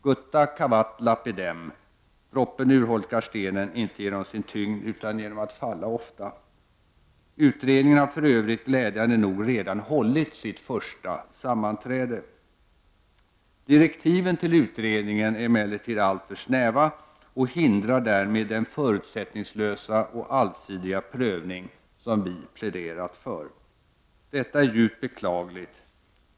Gutta cavat lapidem ...— droppen urholkar stenen, inte genom sin tyngd utan genom att falla ofta. Utredningen har för övrigt glädjande nog redan hållit sitt första sammanträde. Direktiven till utredningen är emellertid alltför snäva och hindrar därmed den förutsättningslösa och allsidiga prövning som vi pläderat för. Detta är djupt beklagligt.